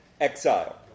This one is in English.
Exile